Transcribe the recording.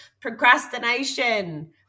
Procrastination